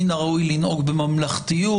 מן הראוי לנהוג בממלכתיות,